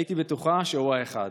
הייתי בטוחה שהוא האחד.